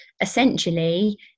essentially